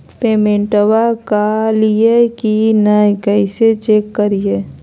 पेमेंटबा कलिए की नय, कैसे चेक करिए?